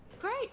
Great